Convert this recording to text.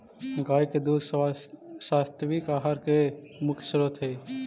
गाय के दूध सात्विक आहार के मुख्य स्रोत हई